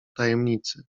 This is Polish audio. tajemnicy